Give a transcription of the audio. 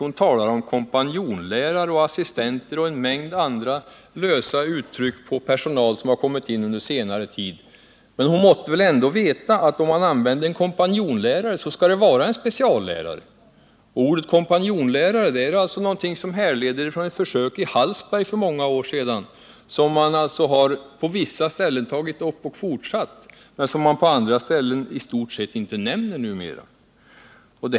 Hon talade om kompanjonlärare, assistenter och nämnde också en mängd annan personal som har tillkommit under senare tid. Men använder man en kompanjonlärare skall det ju vara en speciallärare. Ordet kompanjonlärare härrör från ett försök i Hallsberg för många år sedan. På vissa ställen har man tagit upp detta och fortsatt, medan verksamheten på andra ställen praktiskt taget inte nämns.